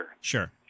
Sure